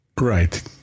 Right